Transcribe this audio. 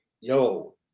yo